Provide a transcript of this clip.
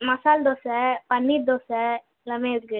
மசால் தோசை பன்னீர் தோசை எல்லாமே இருக்குது